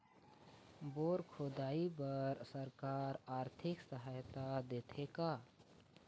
Bore खोदाई बर सरकार आरथिक सहायता देथे का?